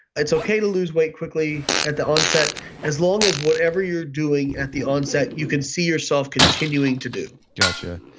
it's okay to lose weight quickly at the onset as long as whatever you're doing at the onset you can see yourself continuing to do got yeah